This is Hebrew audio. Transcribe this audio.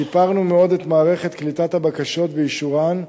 שיפרנו מאוד את מערכת קליטת הבקשות ואישורן,